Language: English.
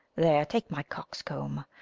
there, take my coxcomb!